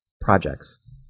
projects